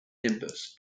nimbus